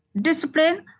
Discipline